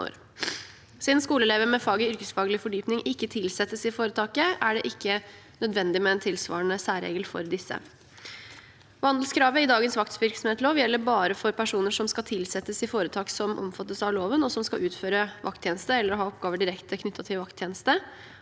Siden skoleelever med faget yrkesfaglig fordypning ikke tilsettes i foretaket, er det ikke nødvendig med en tilsvarende særregel for disse. Vandelskravet i dagens vaktvirksomhetslov gjelder bare for personer som skal tilsettes i foretak som omfattes av loven, og som skal utføre vakttjeneste eller ha oppgaver direkte knyttet til vakttjeneste.